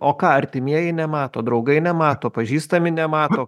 o ką artimieji nemato draugai nemato pažįstami nemato